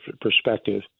perspective